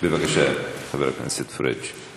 בבקשה, חבר הכנסת פריג'.